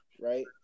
right